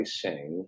sing